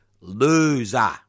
Loser